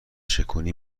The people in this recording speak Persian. چکونی